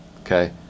okay